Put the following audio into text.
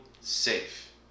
safe